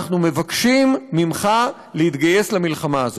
אנחנו מבקשים ממך להתגייס למלחמה הזאת.